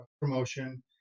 promotion